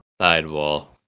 Sidewall